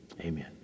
Amen